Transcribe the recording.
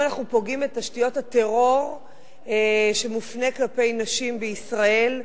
היום אנחנו פוגעים בתשתיות הטרור שמופנה כלפי נשים בישראל,